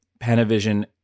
Panavision